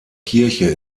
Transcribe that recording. kirche